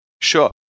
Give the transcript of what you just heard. sure